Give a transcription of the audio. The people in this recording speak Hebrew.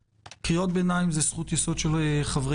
קריאות ביניים זה זכות יסוד של חברי